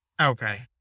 Okay